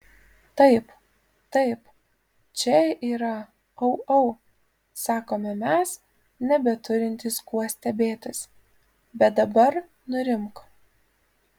taip taip čia yra au au sakome mes nebeturintys kuo stebėtis bet dabar nurimk